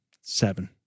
seven